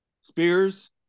spears